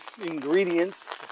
ingredients